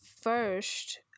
first